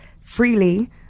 freely